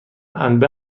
انبه